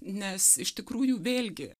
nes iš tikrųjų vėlgi